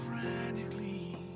frantically